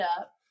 up